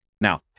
Now